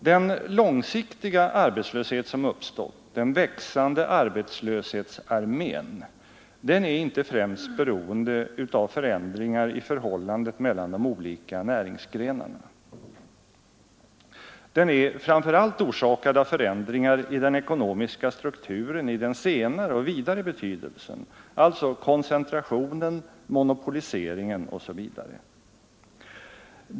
Den långsiktiga arbetslöshet som uppstått, den växande arbetslöshetsarmén är inte främst beroende av förändringar i förhållandet mellan de ekonomiska strukturen i den senare och vidare betydelsen, alltså koncentrationen, monopoliseringen osv.